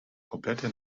komplette